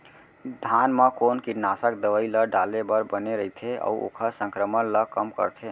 धान म कोन कीटनाशक दवई ल डाले बर बने रइथे, अऊ ओखर संक्रमण ल कम करथें?